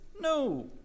no